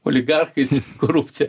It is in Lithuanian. oligarchais korupcija